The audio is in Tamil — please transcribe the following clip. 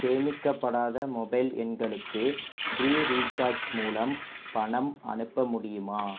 சேமிக்கப்படாத மொபைல் எண்களுக்கு ஃப்ரீ ரீச்சார்ஜ் மூலம் பணம் அனுப்ப முடியுமா